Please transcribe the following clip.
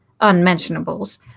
unmentionables